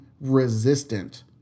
resistant